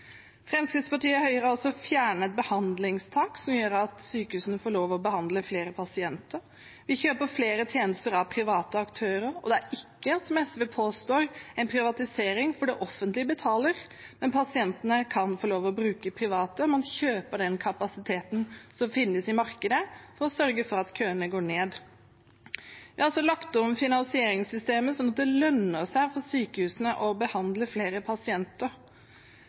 Fremskrittspartiet og Høyre har også fjernet behandlingstaket, som gjør at sykehusene får lov til å behandle flere pasienter. Vi kjøper flere tjenester av private aktører. Det er ikke – som SV påstår – en privatisering, for det offentlige betaler, men pasientene kan få lov til å bruke private. Man kjøper den kapasiteten som finnes i markedet, for å sørge for at køene går ned. Vi har også lagt om finansieringssystemet, slik at det lønner seg for sykehusene å behandle flere pasienter.